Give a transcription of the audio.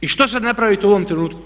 I što sad napravit u ovom trenutku?